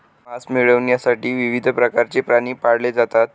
मांस मिळविण्यासाठी विविध प्रकारचे प्राणी पाळले जातात